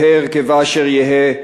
יהא הרכבה אשר יהא,